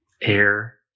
air